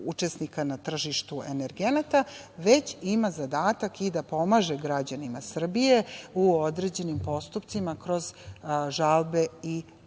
učesnika na tržištu energenata, već ima zadatak i da pomaže građanima Srbije u određenim postupcima kroz žalbe i predloge,